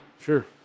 Sure